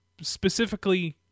specifically